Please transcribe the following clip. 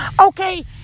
Okay